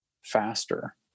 faster